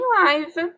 live